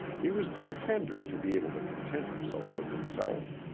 he was too tender to be able to content himself with himself.